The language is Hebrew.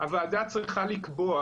הוועדה צריכה לקבוע